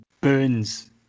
burns